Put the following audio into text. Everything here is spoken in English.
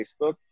Facebook